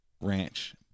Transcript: Ranch